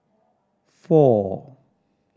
four